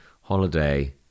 holiday